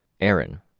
Aaron